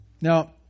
Now